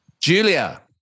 Julia